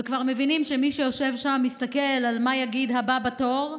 וכבר מבינים שמי שיושב שם מסתכל על מה יגיד הבא בתור,